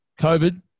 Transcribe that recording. COVID